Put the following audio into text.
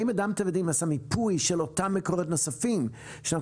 האם אדם טבע ודין עשה מיפוי של אותם מקורות נוספים שאנחנו